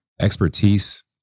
expertise